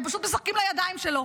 אתם פשוט משחקים לידיים שלו.